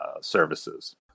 services